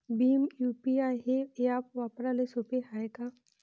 Bhim UPI हे app वापराले सोपे हाय का?